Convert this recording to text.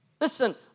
listen